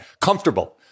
comfortable